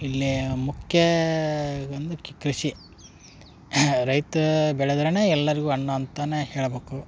ಇಲ್ಲಿ ಮುಖ್ಯ ಬಂದು ಕೃಷಿ ರೈತ ಬೆಳದ್ರೆ ಎಲ್ಲರಿಗೂ ಅನ್ನ ಅಂತಲೇ ಹೇಳ್ಬೇಕು